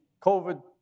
COVID